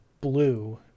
blue